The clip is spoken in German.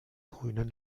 grünen